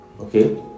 Okay